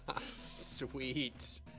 Sweet